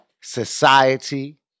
society